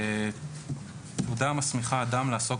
יבוא: "תעודת הסמכה" תעודה המסמיכה אדם לעסוק